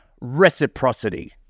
reciprocity